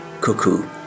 cuckoo